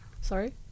Sorry